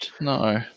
no